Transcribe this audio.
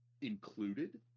included